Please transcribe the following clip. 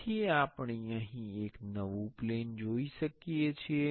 તેથી આપણે અહીં એક નવું પ્લેન જોઈ શકીએ છીએ